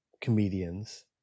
comedians